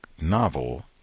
novel